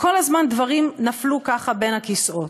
כל הזמן דברים נפלו ככה בין הכיסאות.